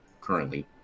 currently